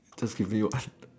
just briefly watched